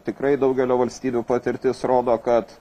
tikrai daugelio valstybių patirtis rodo kad